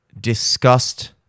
discussed